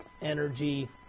energy